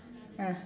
ah